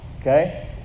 Okay